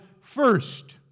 first